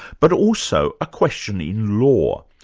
but also a question in law,